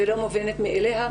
ולא מובנת מאליה.